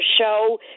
show